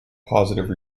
positive